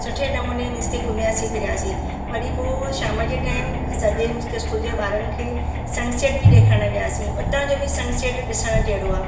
सुठे नमूने मींस के घुमियासी फिरियासी वरी पोइ शाम जे टाइम सॼे मींस के स्कूल जे ॿारनि खे सनसेट बि ॾेखारण वियासी उतां जो बि सनसेट ॾिसण जहिड़ो आहे